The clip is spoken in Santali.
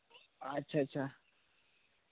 ᱟᱪᱪᱷᱟ ᱟᱪᱪᱷᱟ